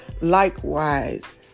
Likewise